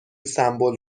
سمبل